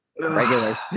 regular